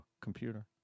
computer